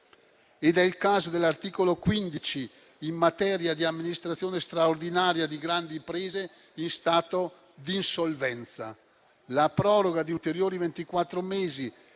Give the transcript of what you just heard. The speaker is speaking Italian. È il caso dell’articolo 15 in materia di amministrazione straordinaria di grandi imprese in stato d’insolvenza. La proroga di ulteriori